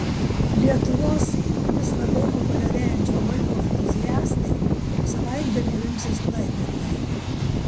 lietuvos vis labiau populiarėjančio golfo entuziastai savaitgalį rinksis klaipėdoje